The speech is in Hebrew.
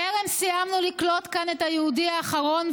טרם סיימנו לקלוט כאן את היהודי האחרון,